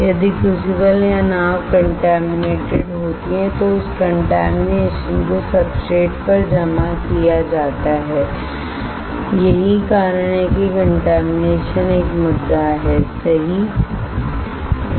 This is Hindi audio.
यदि क्रूसिबल या नाव कॉन्टैमिनेटेड होती है तो उस कॉन्टेमिनेशन को सब्सट्रेट पर भी जमा किया जाएगा यही कारण है कि कॉन्टेमिनेशन एक मुद्दा हैसही है